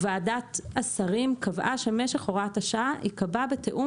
ועדת השרים קבעה שמשך הוראת השעה ייקבע בתיאום